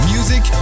Music